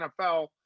NFL